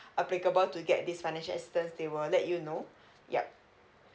applicable to get this financial assistance they will let you know yup